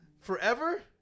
forever